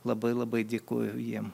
labai labai dėkoju jiem